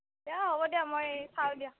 দিয়া হ'ব দিয়া মই চাওঁ দিয়ক